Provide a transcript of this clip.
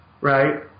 Right